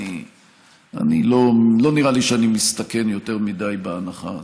לא נראה לי שאני מסתכן יותר מדי בהנחה הזאת.